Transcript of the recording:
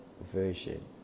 version